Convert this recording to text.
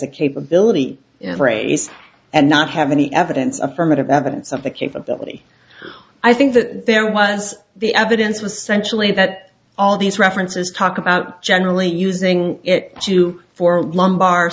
a capability of race and not have any evidence affirmative evidence of the capability i think that there was the evidence was sensually that all these references talk about generally using it to four lumbar